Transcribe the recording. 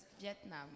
Vietnam